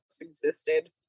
existed